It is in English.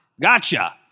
gotcha